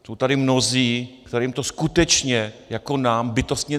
Jsou tady mnozí, kterým to skutečně jako nám, bytostně...